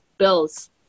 bills